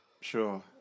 Sure